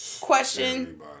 question